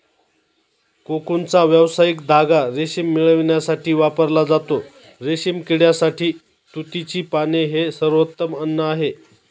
कोकूनचा व्यावसायिक धागा रेशीम मिळविण्यासाठी वापरला जातो, रेशीम किड्यासाठी तुतीची पाने हे सर्वोत्तम अन्न आहे